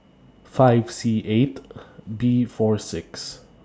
five C eight B four six